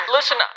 Listen